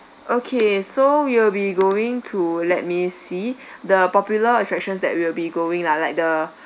okay so you'll be going to let me see the popular attractions that we'll be going lah like the